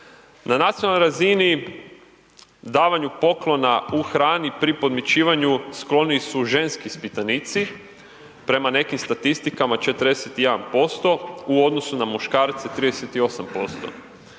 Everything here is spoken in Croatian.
Na nacionalnoj razini davanju poklona u hrani pri podmićivanju skloni su ženski ispitanici. Prema nekim statistikama 41%, u odnosu na muškarce 38%.